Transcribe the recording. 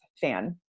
fan